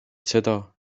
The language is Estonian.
seda